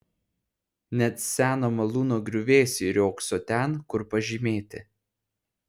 net seno malūno griuvėsiai riogso ten kur pažymėti